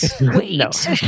wait